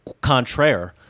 contrary